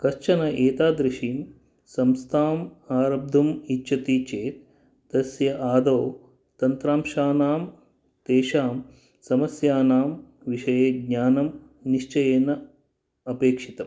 कश्चन एतादृशीं संस्थाम् आरब्धुम् इच्छति चेत् तस्य आदौ तन्त्रांशानां तेषां समस्यानां विषये ज्ञानं निश्चयेन अपेक्षितम्